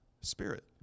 spirit